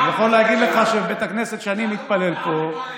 אני יכול להגיד לך שבבית הכנסת שאני מתפלל בו,